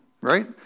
right